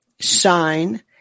sign